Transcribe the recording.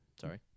Sorry